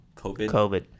COVID